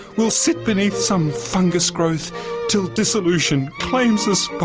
we'll sit beneath some fungus growth till dissolution claims us